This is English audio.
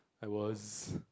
I was